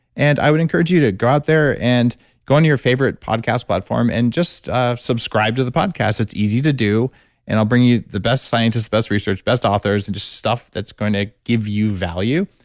and i would encourage you to go out there and go on your favorite podcast platform and just ah subscribe to the podcast. it's easy to do and i'll bring you the best scientists, best research, best authors, and just stuff that's going to give you value.